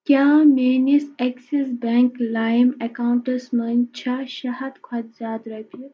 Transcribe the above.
کیٛاہ میٛٲنِس access bank لایِم اٮ۪کاونٹَس منٛز چھا شےٚ ہَتھ کھۄتہٕ زِیٛادٕ رۄپیہِ